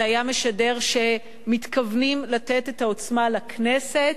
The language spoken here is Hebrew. זה היה משדר שמתכוונים לתת את העוצמה לכנסת,